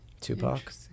Tupac